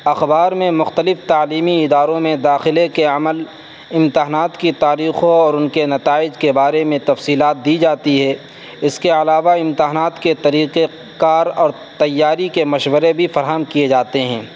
اخبار میں مختلف تعلیمی اداروں میں داخلے کے عمل امتحانات کی تاریخوں اور ان کے نتائج کے بارے میں تفصیلات دی جاتی ہے اس کے علاوہ امتحانات کے طریقۂ کار اور تیاری کے مشورے بھی فراہم کیے جاتے ہیں